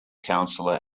counselor